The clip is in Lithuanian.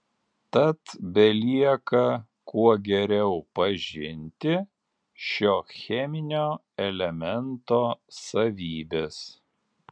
tad belieka kuo geriau pažinti šio cheminio elemento savybes